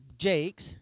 Jakes